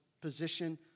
position